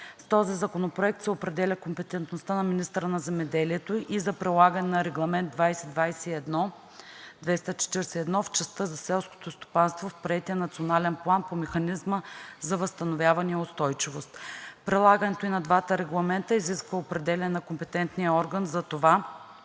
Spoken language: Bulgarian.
В този законопроект се определя компетентността на министъра на земеделието и за прилагане на Регламент 2021/241 в частта за селското стопанство в приетия Национален план по механизма за възстановяване и устойчивост. Прилагането и на двата регламента изисква определяне на компетентния орган за това